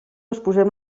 exposem